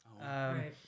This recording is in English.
Right